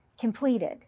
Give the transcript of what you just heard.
completed